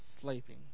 sleeping